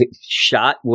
shot